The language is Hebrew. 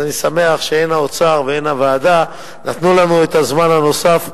אני שמח שהן האוצר והן הוועדה נתנו לנו את הזמן הנוסף,